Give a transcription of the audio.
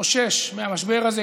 תתאושש מהמשבר הזה,